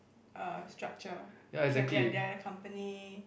err structure the other company